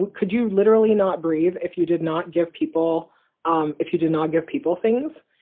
could you literally not breathe if you did not give people um if you did not give people things?